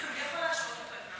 מי יכול להשעות אותו?